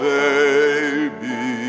baby